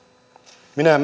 minä